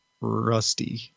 Rusty